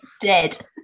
dead